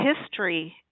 history